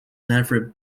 never